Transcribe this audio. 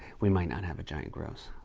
we might not have a giant gross.